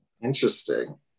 interesting